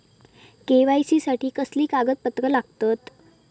KYC साठी कसली कागदपत्र लागतत?